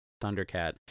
thundercat